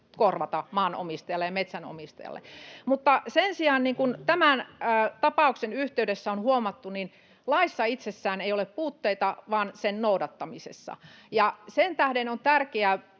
luononsuojelua?] Mutta sen sijaan, niin kuin tämän tapauksen yhteydessä on huomattu, laissa itsessään ei ole puutteita vaan sen noudattamisessa. Ja sen tähden on tärkeää